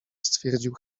stwierdził